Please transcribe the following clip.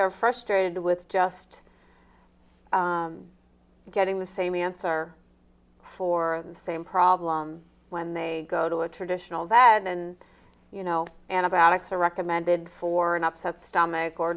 they're frustrated with just getting the same answer for the same problem when they go to a traditional that and you know and about it's the recommended for an upset stomach or